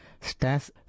Stas